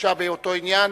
באותו עניין.